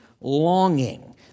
longing